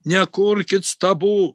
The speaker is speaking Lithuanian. nekurkit stabų